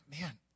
man